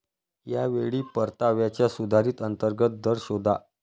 या वेळी परताव्याचा सुधारित अंतर्गत दर शोधा